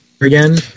again